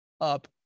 up